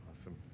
Awesome